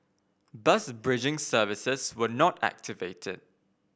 bus bridging services were not activated